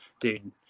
dude